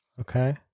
Okay